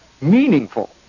meaningful